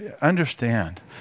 understand